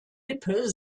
lippe